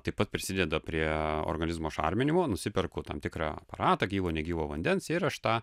taip pat prisideda prie organizmo šarminimo nusiperku tam tikrą ratą gyvo negyvo vandens ir aš tą